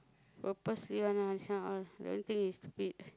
purposely one lah this one all I don't think he's stupid